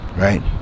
Right